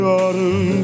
autumn